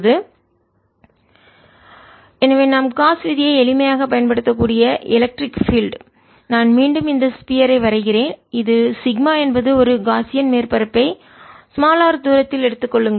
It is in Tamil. B 0R4ωσ3 2cosθrsinθ r3 எனவே நாம் காஸ் விதியை எளிமையாகப் பயன்படுத்தக்கூடிய எலக்ட்ரிக் பீல்ட் மின்சார புலம் நான் மீண்டும் இந்த ஸ்பியர் கோளத்தைஐ வரைகிறேன் இது சிக்மா என்பது ஒரு காஸியன் மேற்பரப்பை r தூரத்தில் எடுத்துக் கொள்ளுங்கள்